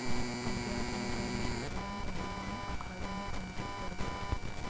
अभ्यास न करने के कारण पहलवान अखाड़े में कमजोर पड़ गया